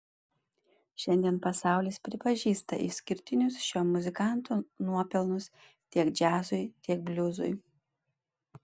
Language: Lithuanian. šiandien pasaulis pripažįsta išskirtinius šio muzikanto nuopelnus tiek džiazui tiek bliuzui